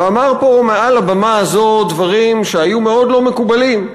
ואמר פה מעל הבמה הזאת דברים שהיו מאוד לא מקובלים: